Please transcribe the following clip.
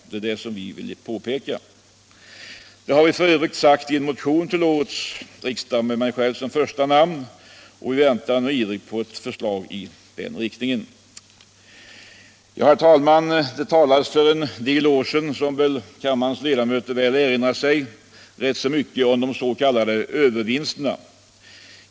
Allt detta har f. ö. framhållits i en motion till årets riksdag med mig själv som första namn. Vi väntar ivrigt på ett förslag i denna riktning. Herr talman! Det talades för en del år sedan, som väl kammarens ledamöter erinrar sig, ganska mycket om de s.k. övervinsterna.